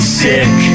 sick